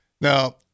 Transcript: now